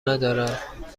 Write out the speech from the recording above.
ندارد